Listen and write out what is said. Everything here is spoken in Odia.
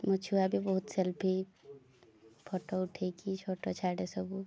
ମୋ ଛୁଆ ବି ବହୁତ ସେଲ୍ଫି ଫୋଟୋ ଉଠେଇକି ଫୋଟୋ ଛାଡ଼େ ସବୁ